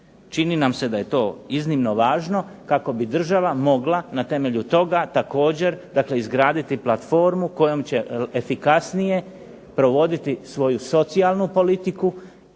Čini nam se da je to iznimno važno kako bi država mogla na temelju toga također, dakle izgraditi platformu kojom će efikasnije provoditi svoju socijalnu politiku